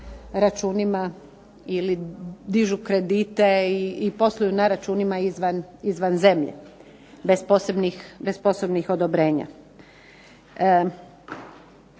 ili dižu kredite ili posluju na računima izvan zemlje bez posebnih odobrenja.